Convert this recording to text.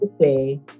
say